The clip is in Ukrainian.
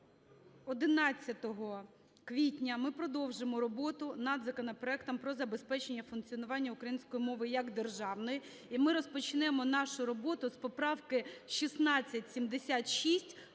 11 квітня, ми продовжимо роботу над законопроектом про забезпечення української мови як державної, і ми розпочнемо нашу роботу з поправки 1676